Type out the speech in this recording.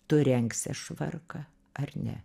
tu rengsies švarką ar ne